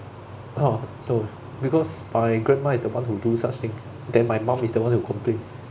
!huh! no because my grandma is the one who do such thing then my mum is the one who complain